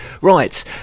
Right